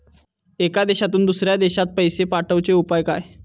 एका देशातून दुसऱ्या देशात पैसे पाठवचे उपाय काय?